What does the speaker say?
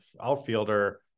outfielder